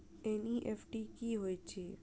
NEFT की होइत अछि?